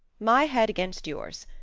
my head against yours.